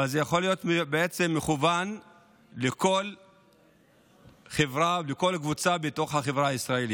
אבל בעצם זה יכול להיות מכוון לכל חברה ולכל קבוצה בתוך החברה הישראלית,